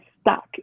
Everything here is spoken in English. stuck